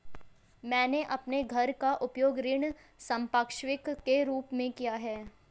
मैंने अपने घर का उपयोग ऋण संपार्श्विक के रूप में किया है